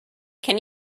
can